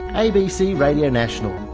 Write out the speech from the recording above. abc radio national,